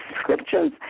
scriptures